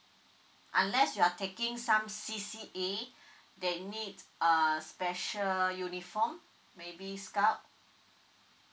unless you are taking some C_C_A they need uh special uniform maybe scout